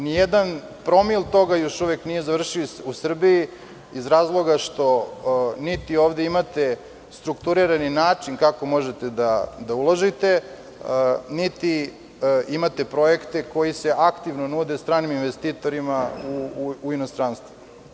Nijedan promil toga još uvek nije završio u Srbiji, iz razloga što niti ovde imate strukturirani način kako možete da uložite, niti imate projekte koji se aktivno nude stranim investitorima u inostranstvu.